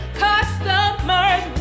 customers